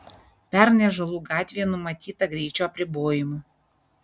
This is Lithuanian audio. pernai ąžuolų gatvėje numatyta greičio apribojimų